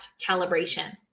calibration